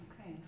Okay